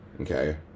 okay